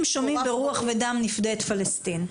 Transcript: אם שומעים בדם נפדה את פלשתין.